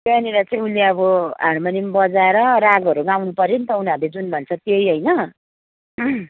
त्यहाँनिर चाहिँ उसले अब हार्मोनियम बजाएर रागहरू गाउनु पऱ्यो नि त उनीहरूले जुन भन्छ त्यही होइन